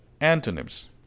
antonyms